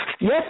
Yes